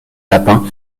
lapin